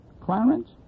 Clarence